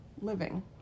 living